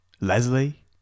Leslie